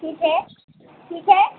ठीक है ठीक है